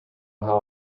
how